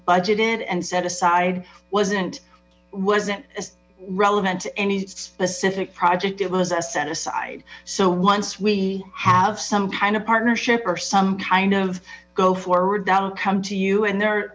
budgeted and set aside wasn't wasn't relevant to any specific project it was set aside so once we have some kind partnership or some kind of go forward that'll come to you and the